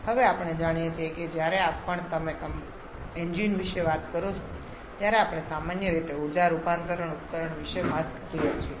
હવે આપણે જાણીએ છીએ કે જ્યારે પણ તમે એન્જિન વિશે વાત કરો છો ત્યારે આપણે સામાન્ય રીતે ઊર્જા રૂપાંતરણ ઉપકરણ વિશે વાત કરીએ છીએ